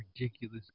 ridiculous